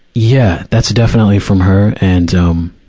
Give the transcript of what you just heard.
yeah, that's definitely from her, and, um,